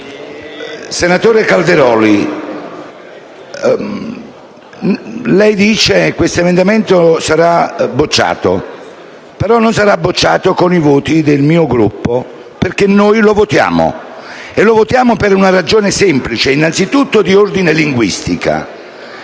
Senatore Calderoli, lei dice che questo emendamento sarà bocciato, però non sarà respinto con i voti del mio Gruppo perché noi lo votiamo e per una ragione semplice, anzitutto di ordine linguistico,